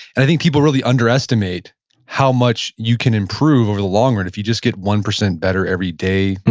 and i think people really underestimate how much you can improve over the long run if you just get one percent better every day,